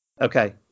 Okay